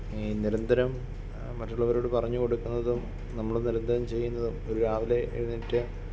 ഈ നിരന്തരം മറ്റുള്ളവരോട് പറഞ്ഞ് കൊടുക്കുന്നതും നമ്മൾ നിരന്തരം ചെയ്യുന്നതും രാവിലെ എഴുന്നേറ്റ്